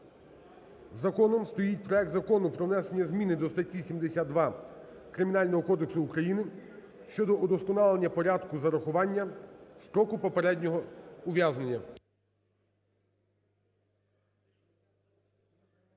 законом стоїть проект Закону про внесення змін до статті 72 Кримінального кодексу України щодо удосконалення порядку зарахування строку попереднього ув'язнення.